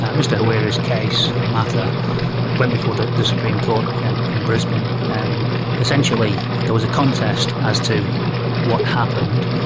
ah mr hawira's case or matter went before the the supreme court and in brisbane. and essentially there was a contest as to what happened,